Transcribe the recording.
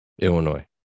Illinois